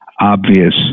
obvious